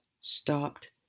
stopped